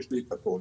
יש לי את הכול.